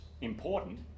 important